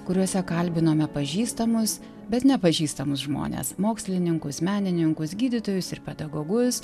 kuriuose kalbinome pažįstamus bet nepažįstamus žmones mokslininkus menininkus gydytojus ir pedagogus